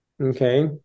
Okay